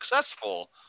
successful